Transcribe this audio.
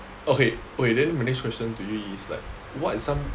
okay okay then my next question to you is like what is some